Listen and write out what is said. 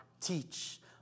teach